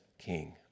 King